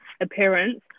appearance